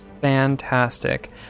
fantastic